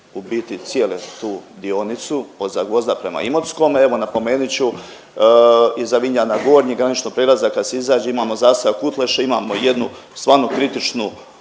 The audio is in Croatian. u biti dijelu tu dionicu od Zagvozda prema Imotskome. Evo napomenut ću iza Vinjana Gornjih, graničnog prijelaza kad se izađe imamo zaseok Kutleše imamo jednu stvarno kritičnu